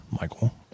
michael